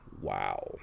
Wow